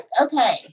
Okay